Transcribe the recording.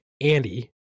Andy